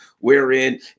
wherein